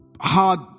hard